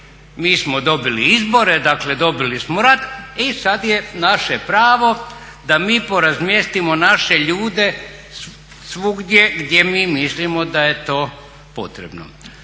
Mi smo dobili izbore, dakle dobili smo rat i sad je naše pravo da mi porazmjestimo naše ljude svugdje gdje mi mislimo da je to potrebno.